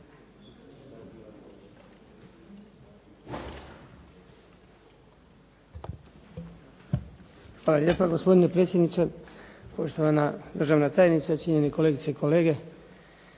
Hvala lijepa. Gospodine predsjedniče, poštovana državna tajnice, cijenjeni kolegice i kolege.